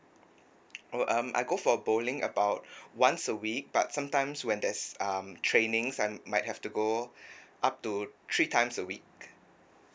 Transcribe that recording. oh um I go for bowling about once a week but sometimes when there's um trainings I might have to go up to three times a week